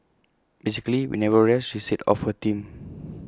basically we never rest she said of her team